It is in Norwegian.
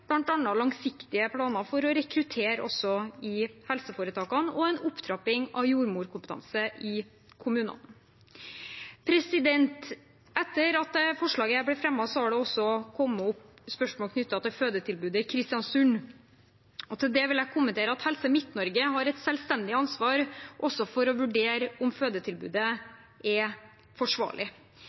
langsiktige planer for å rekruttere i helseforetakene og en opptrapping av jordmorkompetanse i kommunene. Etter at dette representantforslaget ble fremmet, har det kommet spørsmål knyttet til fødetilbudet i Kristiansund. Til det vil jeg kommentere at Helse Midt-Norge har et selvstendig ansvar for å vurdere om fødetilbudet er forsvarlig.